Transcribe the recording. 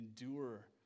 endure